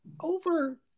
over